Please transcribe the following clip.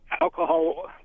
alcohol